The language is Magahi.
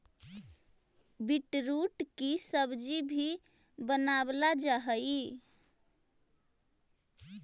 बीटरूट की सब्जी भी बनावाल जा हई